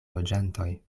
loĝantoj